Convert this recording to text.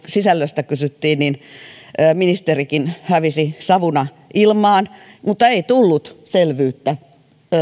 sisällöstä kysyttiin niin ministerikin hävisi savuna ilmaan mutta ei tullut selvyyttä